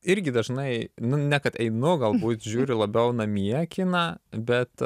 irgi dažnai nu ne kad einu galbūt žiūriu labiau namie kiną bet